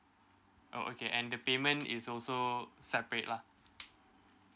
oh okay and the payment is also separate lah